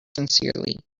sincerely